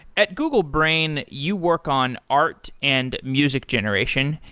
at google brain, you work on art and music generation,